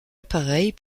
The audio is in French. appareils